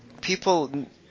people